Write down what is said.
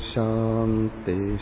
Shanti